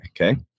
Okay